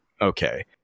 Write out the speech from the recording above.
okay